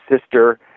sister